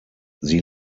sie